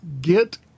Get